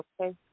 Okay